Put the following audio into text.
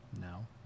no